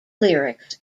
lyrics